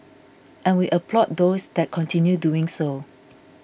and we applaud those that continue doing so